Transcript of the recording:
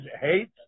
hate